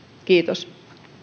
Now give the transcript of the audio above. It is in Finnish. kiitos